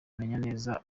neza